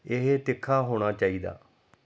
ਇਹ ਤਿੱਖਾ ਹੋਣਾ ਚਾਹੀਦਾ